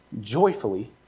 joyfully